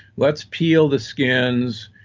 let's peel the skins,